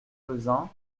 peuzin